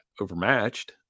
overmatched